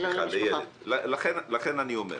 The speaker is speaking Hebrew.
לכן אני אומר.